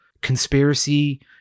conspiracy